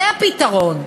זה הפתרון.